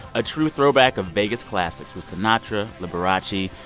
a true throwback of vegas classics with sinatra, liberace.